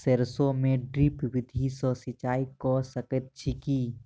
सैरसो मे ड्रिप विधि सँ सिंचाई कऽ सकैत छी की?